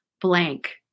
blank